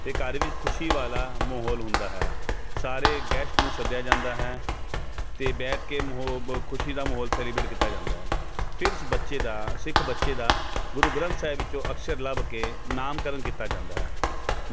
ਅਤੇ ਘਰ ਵਿੱਚ ਖੁਸ਼ੀ ਵਾਲਾ ਮਾਹੌਲ ਹੁੰਦਾ ਹੈ ਸਾਰੇ ਗੈਸਟਸ ਨੂੰ ਸੱਦਿਆ ਜਾਂਦਾ ਹੈ ਅਤੇ ਬੈਠ ਕੇ ਮਾਹੋਬ ਖੁਸ਼ੀ ਦਾ ਮਾਹੌਲ ਸੈਲੀਬਰੇਟ ਕੀਤਾ ਜਾਂਦਾ ਹੈ ਫਿਰ ਉਸ ਬੱਚੇ ਦਾ ਸਿੱਖ ਬੱਚੇ ਦਾ ਗੁਰੂ ਗ੍ਰੰਥ ਸਾਹਿਬ ਵਿੱਚੋਂ ਅਕਸ਼ਰ ਲੱਭ ਕੇ ਨਾਮਕਰਨ ਕੀਤਾ ਜਾਂਦਾ ਹੈ